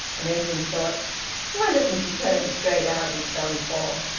and edwin thought why doesn't she tell him straight out he's done for?